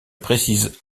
précise